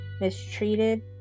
mistreated